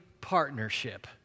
partnership